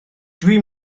dwi